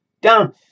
down